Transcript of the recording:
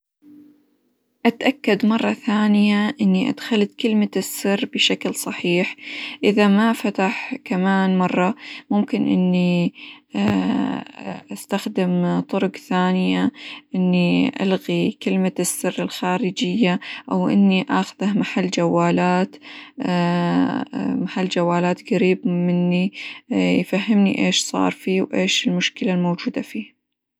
اتأكد مرة ثانية إني أدخلت كلمة السر بشكل صحيح إذا ما فتح كمان مرة، ممكن إني استخدم طرق ثانية إني ألغي كلمة السر الخارجية، أو إني آخذه -محل جوالات- محل جوالات قريب منى يفهمني إيش صار فيه؟ وإيش المشكلة الموجودة فيه؟